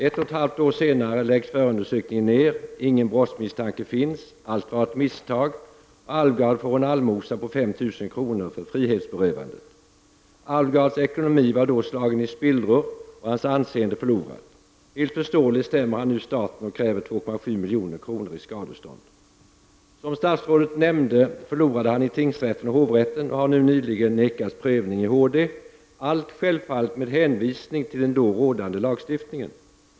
Ett och ett halvt år senare lades förundersökningen ner, ingen brottsmisstanke fanns, allt var ett misstag och Alvgard fick en allmosa på 5 000 kr. för frihetsberövandet. Alvgards ekonomi var då slagen i spillror och hans anseende förlorat. Helt förståeligt stämde han staten och krävde 2,7 milj.kr. i skadestånd. Som statsrådet nämnde förlorade han i tingsrätten och hovrätten och har nu nyligen nekats prövning i högsta domstolen — allt självfallet med hänvisning till den då rådande lagstiftningen.